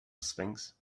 sphinx